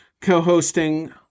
Co-hosting